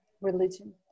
religion